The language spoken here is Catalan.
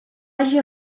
hagi